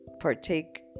partake